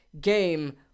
game